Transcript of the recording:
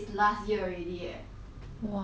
!wah! part time uni how long he take ah